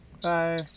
bye